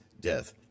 death